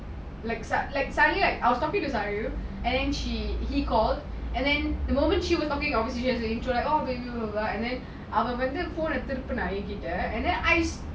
like suddenly I was talking to salu then she he call and then the moment when she was talking to him she was like oh can you move over அவ வந்து:ava vanthu phone eh திருப்புன ஏன் கிட்ட:thirupuna yean kita and then I